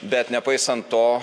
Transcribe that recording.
bet nepaisant to